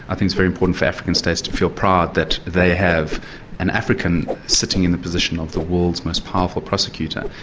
i think it's very important for african states to feel proud that they have an african sitting in the position of the world's most powerful prosecutor.